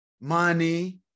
money